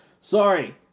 sorry